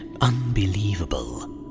unbelievable